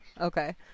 Okay